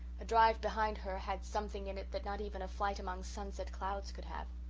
a drive behind her had something in it that not even a flight among sunset clouds could have.